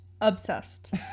Obsessed